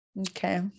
okay